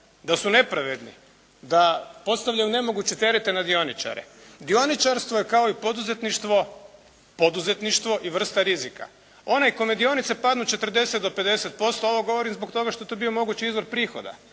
da su nepravedni, da postavljaju nemoguće terete na dioničare. Dioničarstvo je kao i poduzetništvo, poduzetništvo i vrsta rizika, onaj kome dionice padnu 40 do 50%, ovo govorim zbog toga što je to bio mogući izvor prihoda